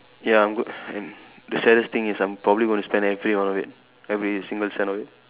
ya I'm go the saddest thing is I'm probably gonna spend everyone one of it every single cent of it